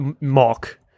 mock